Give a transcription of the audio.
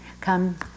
come